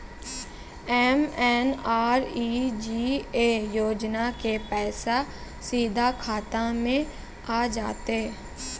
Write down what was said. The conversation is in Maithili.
एम.एन.आर.ई.जी.ए योजना के पैसा सीधा खाता मे आ जाते?